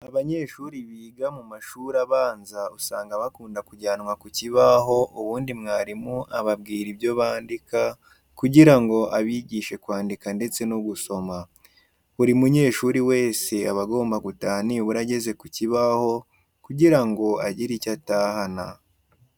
Abanyeshuri biga mu mashuri abanza usanga bakunda kujyanwa ku kibaho ubundi mwarimu ababwira ibyo bandika kugira ngo abigishe kwandika ndetse no gusoma. Buri munyeshuri wese aba agomba gutaha nibura ageze ku kibaho kugira ngo agire icyo atahana.